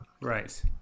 Right